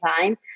time